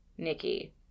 Nikki